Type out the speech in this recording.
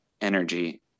energy